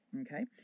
okay